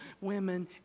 women